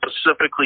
specifically